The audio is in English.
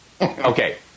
Okay